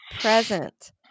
present